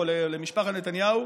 נתניהו, או למשפחת נתניהו: